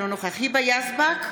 אינו נוכח היבה יזבק,